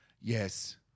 Yes